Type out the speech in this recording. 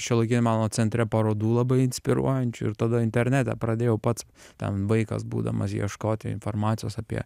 šiuolaikinio meno centre parodų labai inspiruojančių ir tada internete pradėjau pats ten vaikas būdamas ieškoti informacijos apie